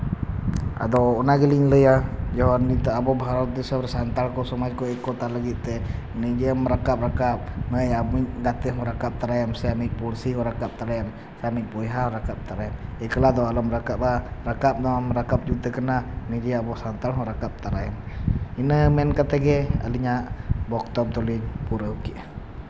ᱟᱫᱚ ᱚᱱᱟ ᱜᱮᱞᱤᱧ ᱞᱟᱹᱭᱟ ᱡᱮᱢᱚᱱ ᱱᱤᱛᱚᱜ ᱟᱵᱚ ᱵᱷᱟᱨᱚᱛ ᱫᱤᱥᱚᱢ ᱨᱮ ᱥᱟᱱᱛᱟᱲ ᱠᱚ ᱞᱟᱹᱜᱤᱫ ᱛᱮ ᱱᱤᱡᱮᱢ ᱨᱟᱠᱟᱵ ᱨᱟᱠᱟᱵ ᱟᱢᱤᱡ ᱜᱟᱛᱮ ᱦᱚᱸ ᱨᱟᱠᱟᱵ ᱛᱚᱨᱟᱭᱮᱢ ᱥᱮ ᱟᱹᱢᱤᱡ ᱯᱩᱲᱥᱤ ᱦᱚᱸ ᱨᱟᱠᱟᱵ ᱛᱚᱨᱟᱭᱮᱢ ᱥᱮ ᱟᱹᱢᱤᱡ ᱵᱚᱭᱦᱟ ᱦᱚᱸ ᱨᱟᱠᱟᱵ ᱛᱚᱨᱟᱭᱮᱢ ᱮᱠᱞᱟ ᱫᱚ ᱟᱞᱚᱢ ᱨᱟᱠᱟᱵᱼᱟ ᱨᱟᱠᱟᱵ ᱵᱟᱢ ᱨᱟᱠᱟᱵ ᱡᱩᱛᱮ ᱠᱟᱱᱟ ᱱᱤᱡᱮ ᱟᱵᱚ ᱥᱟᱱᱛᱟᱲ ᱦᱚᱸ ᱨᱟᱠᱟᱵ ᱛᱚᱨᱟᱭᱮᱢ ᱤᱱᱟᱹ ᱢᱮᱱ ᱠᱟᱛᱮ ᱜᱮ ᱟᱹᱞᱤᱧᱟᱜ ᱵᱚᱠᱛᱚᱵᱽᱵᱚ ᱫᱚᱞᱤᱧ ᱯᱩᱨᱟᱹᱣ ᱠᱮᱜᱼᱟ